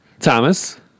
Thomas